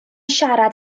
siarad